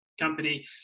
company